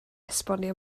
esbonio